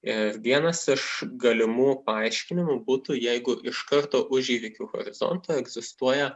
ir vienas iš galimų paaiškinimų būtų jeigu iš karto už įvykių horizonto egzistuoja